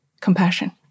compassion